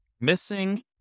missing